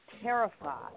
terrified